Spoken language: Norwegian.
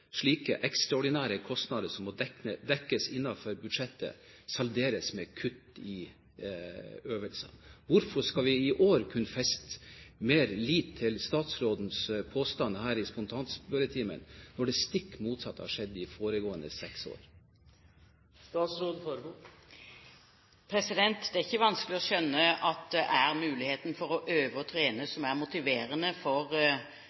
slike ekstraordinære kostnader som må dekkes innenfor budsjettet, salderes med kutt i øvelser. Hvorfor skal vi i år kunne feste mer lit til statsrådens påstander her i spontanspørretimen, når det stikk motsatte har skjedd de foregående seks år? Det er ikke vanskelig å skjønne at det er muligheten for å øve og trene som er motiverende for både heimevernspersonellet og øvrig personell i Forsvaret. Det er bakgrunnen for